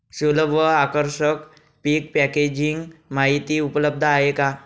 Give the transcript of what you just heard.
सुलभ व आकर्षक पीक पॅकेजिंग माहिती उपलब्ध आहे का?